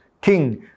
King